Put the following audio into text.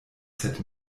sed